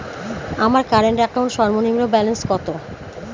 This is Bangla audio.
আমার কারেন্ট অ্যাকাউন্ট সর্বনিম্ন ব্যালেন্স কত?